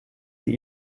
sie